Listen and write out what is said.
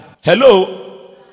Hello